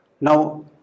Now